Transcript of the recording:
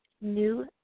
New